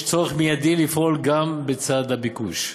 יש צורך מיידי לפעול גם בצד הביקוש.